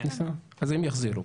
הם יחזירו.